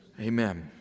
Amen